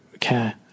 care